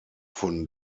von